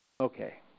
okay